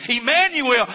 Emmanuel